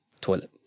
toilet